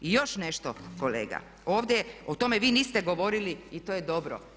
I još nešto kolega, ovdje o tome vi niste govorili i to je dobro.